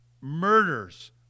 murders